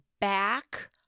back